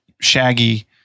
Shaggy